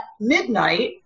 midnight